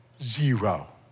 Zero